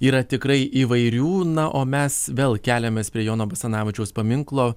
yra tikrai įvairių na o mes vėl keliamės prie jono basanavičiaus paminklo